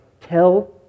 tell